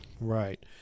Right